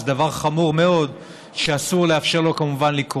זה דבר חמור מאוד, שכמובן אסור לאפשר לו לקרות.